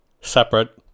separate